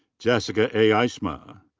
jessica a. eisma.